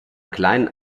kleinen